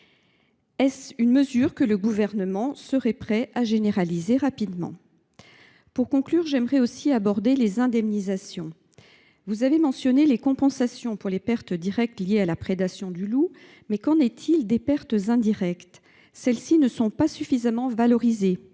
Est ce une mesure que le Gouvernement serait prêt à généraliser rapidement ? Pour conclure, je souhaite aborder la question des indemnisations. Vous avez mentionné, madame la ministre, les compensations des pertes directes liées à la prédation du loup, mais qu’en est il des pertes indirectes ? Celles ci ne sont pas suffisamment valorisées,